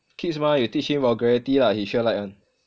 kids mah you teach him vulgarity lah he sure like [one]